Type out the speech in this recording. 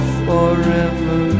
forever